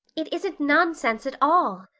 it isn't nonsense at all,